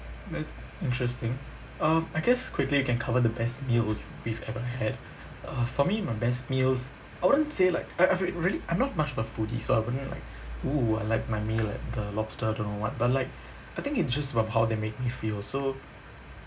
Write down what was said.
that's interesting um I guess quickly we can cover the best meal we've ever had uh for me my best meals I wouldn't say like I I've really I'm not much of a foodie so I wouldn't like oo I like my meal at the lobster don't know what but like I think it's just about how they make me feel so